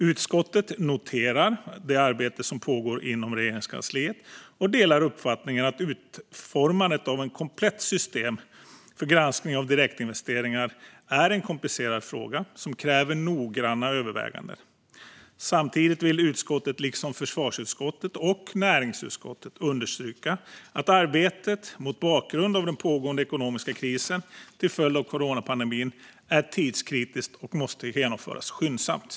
Utskottet noterar det arbete som pågår inom Regeringskansliet och delar uppfattningen att utformandet av ett komplett system för granskning av direktinvesteringar är en komplicerad fråga som kräver noggranna överväganden. Samtidigt vill utskottet, liksom försvarsutskottet och näringsutskottet, understryka att arbetet, mot bakgrund av den pågående ekonomiska krisen till följd av coronapandemin, är tidskritiskt och måste genomföras skyndsamt.